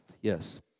Yes